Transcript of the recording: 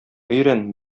өйрән